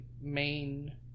main